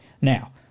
Now